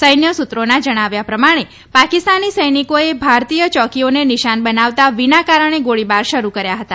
સૈન્ય સૂત્રોના જણાવ્યા પ્રમાણે પાકિસ્તાની સૈનિકોએ ભારતીય ચોકીઓને નિશાન બનાવતા વિના કારણે ગોળીબાર શરૂ કર્યા હતા